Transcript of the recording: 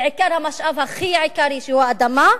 בעיקר המשאב הכי עיקרי, שהוא האדמה.